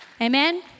Amen